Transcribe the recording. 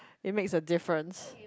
it makes a difference